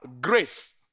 grace